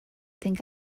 think